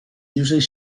usually